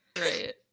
Right